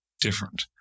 different